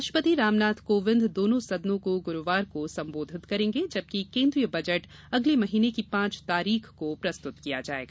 राष्ट्रपति रामनाथ कोविंद दोनों सदनों को गुरुवार को संबोधित करेंगे जबकि केन्द्रीय बजट अगले महीने की पांच तारीख को प्रस्तुत किया जाएगा